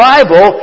Bible